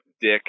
Dick